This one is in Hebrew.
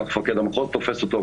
כך מפקד המחוז תופס אותו,